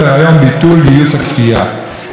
אני סמוך ובטוח שזה יקרה,